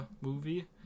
movie